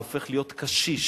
אתה הופך להיות קשיש.